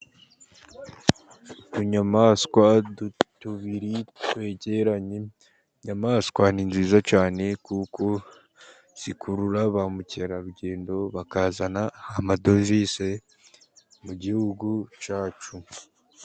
Utunyamaswa tubiri twegeranye, inyamaswa ni nziza cyane, kuko zikurura ba mukerarugendo, bakazana amadovize mu gihugu cyacu.